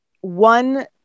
one